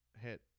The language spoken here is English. hit